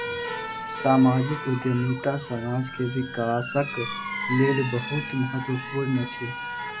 सामाजिक उद्यमिता समाज के विकासक लेल बहुत महत्वपूर्ण अछि